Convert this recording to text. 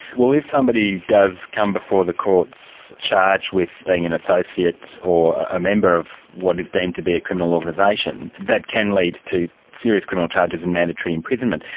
well, if somebody does come before the courts charged with being an associate or a member of what is deemed to be a criminal organisation, that can lead to serious criminal charges and mandatory imprisonment.